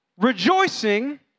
rejoicing